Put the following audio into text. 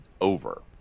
over